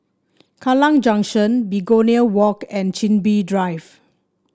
Kallang Junction Begonia Walk and Chin Bee Drive